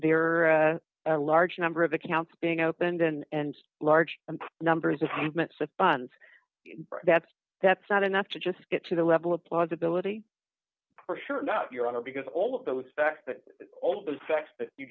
are a large number of accounts being opened and large numbers of funds that's that's not enough to just get to the level of plausibility for sure not your honor because all of those facts that all those